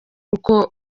uko